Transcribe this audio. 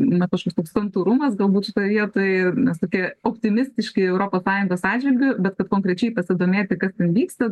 na kažkoks toks santūrumas galbūt šitoj vietoj mes tokie optimistiški europos sąjungos atžvilgiu bet kad konkrečiai pasidomėti kas vyksta